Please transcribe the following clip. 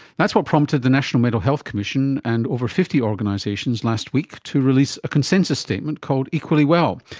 that's what prompted the national mental health commission and over fifty organisations last week to release a consensus statement called equally well,